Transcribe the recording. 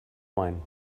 mine